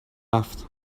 رفت